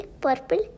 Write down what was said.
purple